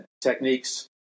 techniques